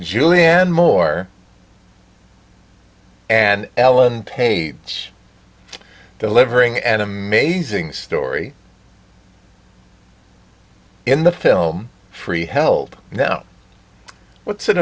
julianne moore and ellen page delivering an amazing story in the film free help now what's